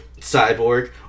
Cyborg